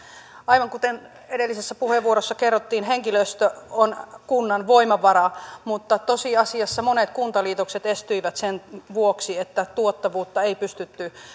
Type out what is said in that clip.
aivan kuten edellisessä puheenvuorossa kerrottiin henkilöstö on kunnan voimavara mutta tosiasiassa monet kuntaliitokset estyivät sen vuoksi että tuottavuutta ei pystytty